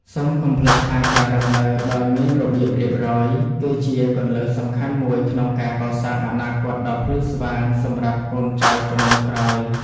សូមកុំភ្លេចថាការរស់នៅដោយមានរបៀបរៀបរយ គឺជាគន្លឹះសំខាន់មួយក្នុងការកសាងអនាគតដ៏ភ្លឺស្វាងសម្រាប់កូនចៅជំនាន់ក្រោយ។